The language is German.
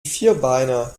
vierbeiner